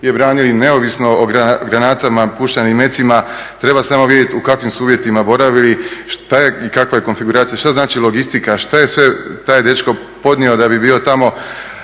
je branili neovisno o granatama, puštenim metcima, treba samo vidjeti u kakvim su uvjetima boravili, što je i kakva je konfiguracija. Što znači logistika, što je sve taj dečko podnio da bi bio tamo?